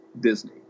Disney